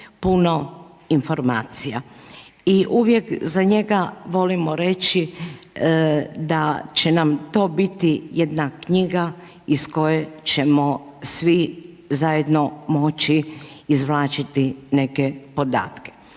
puno informacija. I uvijek za njega vodimo reći, da će nam to biti jedna knjiga iz koje ćemo svi zajedno moći izvlačiti neke podatke.